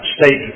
state